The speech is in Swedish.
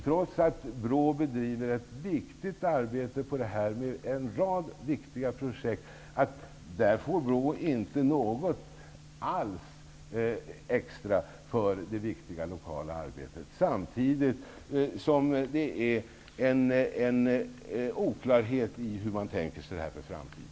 Trots att BRÅ bedriver ett viktigt arbete med en rad viktiga projekt får BRÅ inte alls något extra för detta viktiga och vitala arbete. Samtidigt finns det oklarheter i hur man tänker sig detta i framtiden.